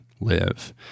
live